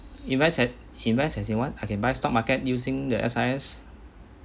invest at invest as you want I can buy stock market using the S_R_S